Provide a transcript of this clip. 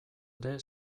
ere